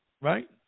right